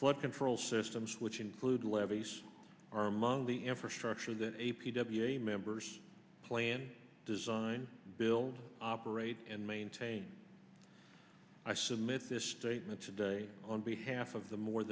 flood control systems which include levees are among the infrastructure that a p w a members plan design build operate and maintain i submit this statement today on behalf of the more